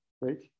right